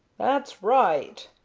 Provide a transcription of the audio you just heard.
that's right,